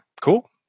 cool